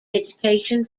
education